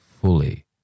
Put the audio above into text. fully